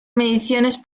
mediciones